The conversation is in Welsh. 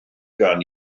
gan